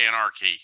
Anarchy